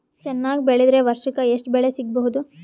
ಚೆನ್ನಾಗಿ ಬೆಳೆದ್ರೆ ವರ್ಷಕ ಎಷ್ಟು ಬೆಳೆ ಸಿಗಬಹುದು?